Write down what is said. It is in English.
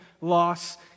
loss